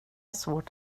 svårt